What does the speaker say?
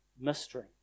mystery